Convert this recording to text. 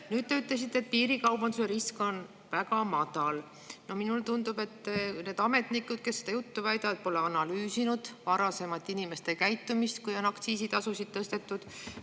Te ütlesite ka, et piirikaubanduse risk on väga madal. No minule tundub, et need ametnikud, kes seda juttu väidavad, pole analüüsinud inimeste varasemat käitumist, kui on aktsiisitasusid tõstetud.